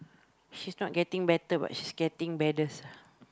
she's not getting better but she's getting baddest ah